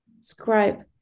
scribe